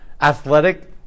athletic